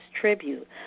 tribute